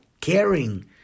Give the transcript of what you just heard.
caring